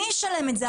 מי ישלם את זה?